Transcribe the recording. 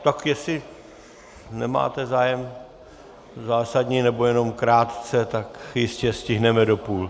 Tak jestli nemáte zájem zásadně nebo jenom krátce, tak jistě stihneme do půl.